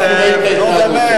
באמת,